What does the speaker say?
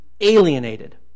alienated